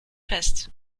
fest